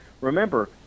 remember